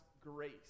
grace